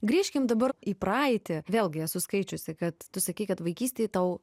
grįžkim dabar į praeitį vėlgi esu skaičiusi kad tu sakei kad vaikystėj tau